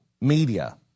media